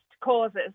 causes